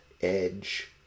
edge